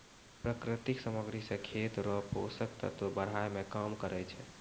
प्राकृतिक समाग्री से खेत रो पोसक तत्व बड़ाय मे काम करै छै